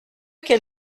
quel